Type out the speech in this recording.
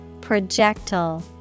Projectile